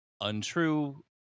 untrue